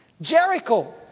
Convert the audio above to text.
Jericho